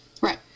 right